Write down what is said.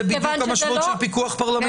זאת בדיוק המשמעות של פיקוח פרלמנטרי.